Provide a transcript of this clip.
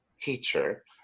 teacher